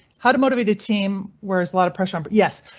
how to motivate a team where is a lot of pressure. um but yes,